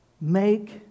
make